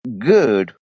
good